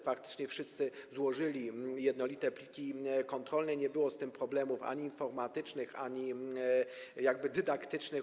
Praktycznie wszyscy złożyli jednolite pliki kontrolne, nie było z tym problemów ani informatycznych, ani dydaktycznych.